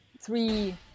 three